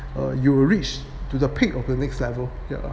err you will reach to the peak of the next level yeah